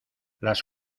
las